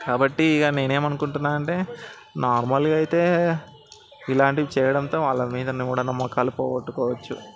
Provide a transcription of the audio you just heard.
కాబట్టి ఇక నేనేమి అనుకుంటున్నా అంటే నార్మల్గా అయితే ఇలాంటివి చేయడంతో వాళ్ళ మీద ఉన్న మూఢనమ్మకాలు పోగొట్టుకోవచ్చు